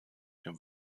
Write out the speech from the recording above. dem